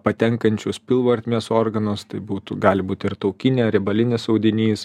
patenkančius pilvo ertmės organus tai būtų gali būti ir taukinė riebalinis audinys